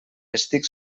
estic